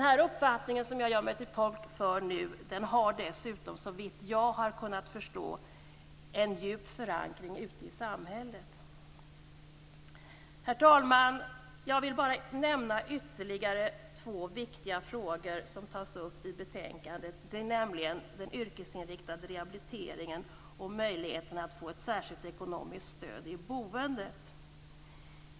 Den uppfattning som jag gör mig till tolk för nu har dessutom, såvitt jag har kunnat förstå, en djup förankring ute i samhället. Herr talman! Jag vill bara nämna ytterligare två viktiga frågor som tas upp i betänkandet, nämligen den yrkesinriktade rehabiliteringen och möjligheten att få ett särskilt ekonomiskt stöd i boendet.